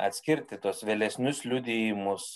atskirti tuos vėlesnius liudijimus